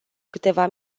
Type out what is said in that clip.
câteva